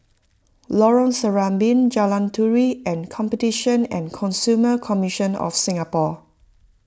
Lorong Serambi Jalan Turi and Competition and Consumer Commission of Singapore